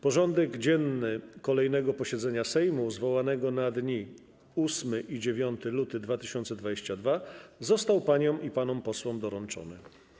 Porządek dzienny kolejnego posiedzenia Sejmu, zwołanego na dni 8 i 9 lutego 2022 r., został paniom i panom posłom doręczony.